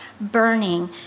burning